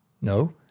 No